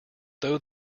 though